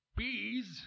bees